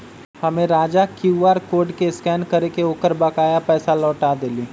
हम्मे राजा के Q R code के स्कैन करके ओकर बकाया पैसा लौटा देली